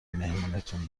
مهمونتون